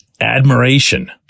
admiration